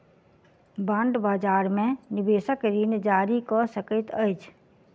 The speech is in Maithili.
बांड बजार में निवेशक ऋण जारी कअ सकैत अछि